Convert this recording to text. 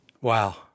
Wow